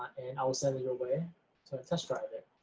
and i will send it your way. sorta test drive it.